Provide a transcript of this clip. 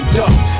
dust